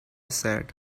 said